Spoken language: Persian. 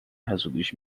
حسودیش